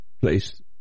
place